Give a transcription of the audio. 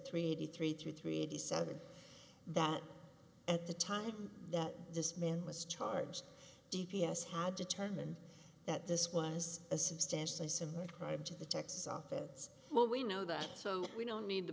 three eighty three three three eighty seven that at the time that this man was charged d p s had determined that this was a substantially similar crime to the texas office well we know that so we don't need the